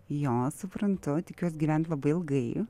jo suprantu tikiuos gyvent labai ilgai